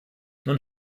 nun